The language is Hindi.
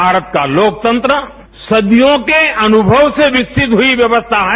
भारत का लोकतंत्र सदियों के अनुमव से विकसित हुई व्यवस्था है